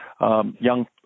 young